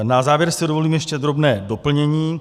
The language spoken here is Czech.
Na závěr si dovolím ještě drobné doplnění.